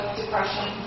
depression